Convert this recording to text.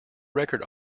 record